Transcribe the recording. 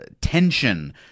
tension